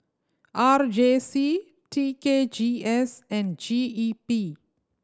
R J C T K G S and G E P